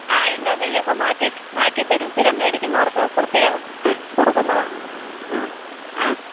ആ ഇല്ല നെയ്യൊക്കെ മാറ്റി മാറ്റിത്തരും സ്ഥിരം മേടിക്കുന്നവർക്ക് പ്രത്യേകം കൊടുക്കുന്നതാണ് ആ ആ